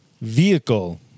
vehicle